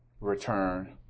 return